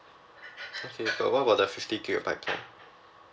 okay but what about the fifty gigabyte plan